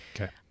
okay